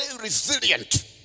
resilient